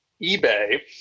ebay